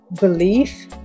belief